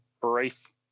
brief